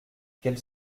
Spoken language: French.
qu’elle